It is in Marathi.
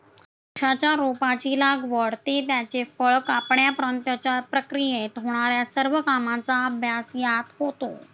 द्राक्षाच्या रोपाची लागवड ते त्याचे फळ कापण्यापर्यंतच्या प्रक्रियेत होणार्या सर्व कामांचा अभ्यास यात होतो